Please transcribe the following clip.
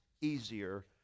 easier